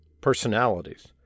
personalities